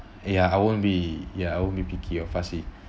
ya I won't be ya I won't be picky or fussy